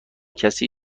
کسی